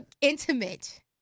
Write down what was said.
intimate